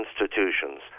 institutions